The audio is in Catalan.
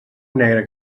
negre